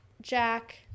jack